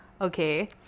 Okay